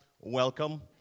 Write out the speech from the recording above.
welcome